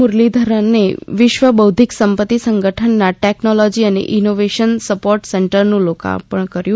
મુરલીધરને વિશ્વ બૌધ્ધિક સંપતિ સંગઠનના ટેકનોલોજી અને ઇનોવેશન સપોર્ટ સેન્ટરનું લોકાર્પણ કર્યું